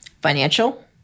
financial